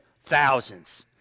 thousands